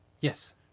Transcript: Yes